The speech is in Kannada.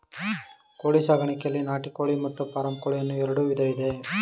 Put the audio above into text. ಕೋಳಿ ಸಾಕಾಣಿಕೆಯಲ್ಲಿ ನಾಟಿ ಕೋಳಿ ಮತ್ತು ಫಾರಂ ಕೋಳಿ ಅನ್ನೂ ಎರಡು ವಿಧ ಇದೆ